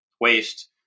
waste